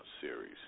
series